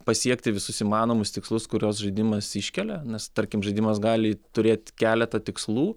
pasiekti visus įmanomus tikslus kuriuos žaidimas iškelia nes tarkim žaidimas gali turėt keletą tikslų